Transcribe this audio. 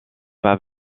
pas